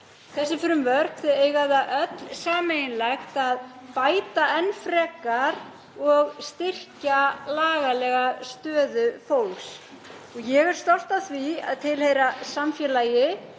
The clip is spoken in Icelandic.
Þessi frumvörp eiga það öll sameiginlegt að bæta enn frekar og styrkja lagalega stöðu fólks. Ég er stolt af því að tilheyra samfélagi